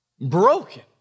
broken